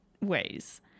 ways